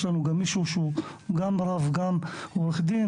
יש לנו מישהו שהוא גם רב וגם עורך דין,